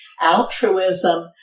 altruism